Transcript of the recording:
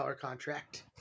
contract